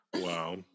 Wow